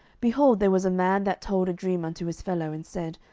behold, there was a man that told a dream unto his fellow, and said,